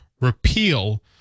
repeal